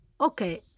okay